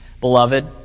Beloved